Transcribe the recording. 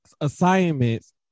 assignments